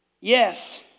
yes